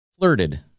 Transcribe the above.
Flirted